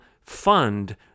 fund